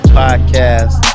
podcast